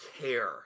care